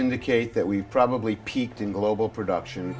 indicate that we've probably peaked in global production